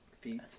Feet